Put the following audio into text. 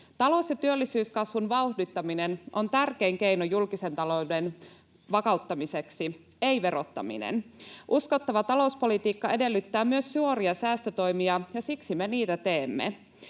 Talous- ja työllisyyskasvun vauhdittaminen on tärkein keino julkisen talouden vakauttamiseksi, ei verottaminen. Uskottava talouspolitiikka edellyttää myös suoria säästötoimia, ja siksi me niitä teemme.